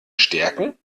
stärken